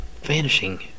vanishing